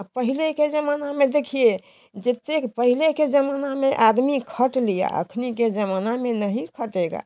अब पहले के ज़माना में देखिए जितने पहले के ज़माना में आदमी खट लिया अखनी के ज़माना में नहीं खटेगा